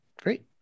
Great